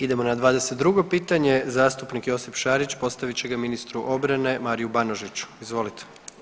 Idemo na 22. pitanje zastupnik Josip Šarić postavit će ga ministru obrane Mariju Banožiću, izvolite.